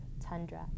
tundra